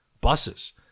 buses